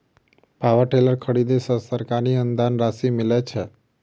Power tiller खरीदे पर सरकारी अनुदान राशि मिलय छैय?